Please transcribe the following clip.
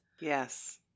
yes